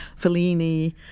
Fellini